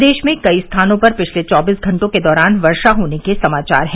प्रदेश में कई स्थानों पर पिछले चौबीस घंटों के दौरान वर्षा होने के समाचार हैं